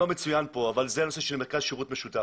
מצוין כאן וזה הנושא של מרכז שירות משותף.